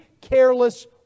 careless